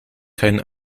keinen